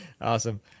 awesome